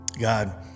God